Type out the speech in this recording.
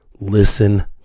Listen